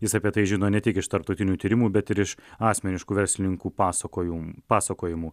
jis apie tai žino ne tik iš tarptautinių tyrimų bet ir iš asmeniškų verslininkų pasakojum pasakojimų